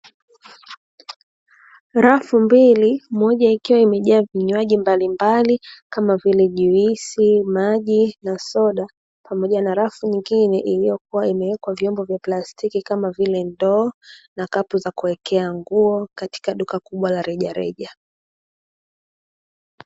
Rafu mbili moja ikiwa imejaa vinywaji mbalimbali kama vile juisi, maji, na soda pamoja na rafu nyingine iliyokuwa imewekwa vyombo vya plastiki kama vile ndoo, na kapu za kuwekea nguo katika duka kubwa la rejareja.